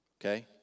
Okay